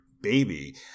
baby